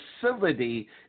facility